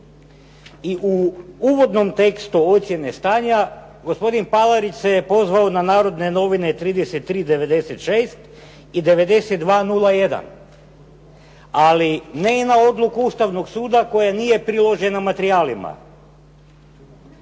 I u uvodnom tekstu ocjene stanja, gospodin Palarić se je pozvao na "Narodne novine", 33/96. i 92/01. ali ne i na odluku Ustavnog suda koja nije priložena materijalima.